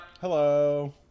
Hello